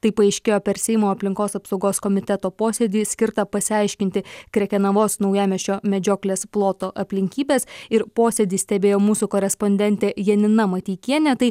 tai paaiškėjo per seimo aplinkos apsaugos komiteto posėdį skirtą pasiaiškinti krekenavos naujamiesčio medžioklės ploto aplinkybes ir posėdį stebėjo mūsų korespondentė janina mateikienė tai